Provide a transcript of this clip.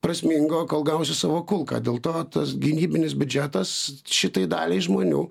prasmingo kol gausiu savo kulką dėl to tas gynybinis biudžetas šitai daliai žmonių